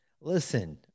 Listen